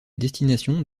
destination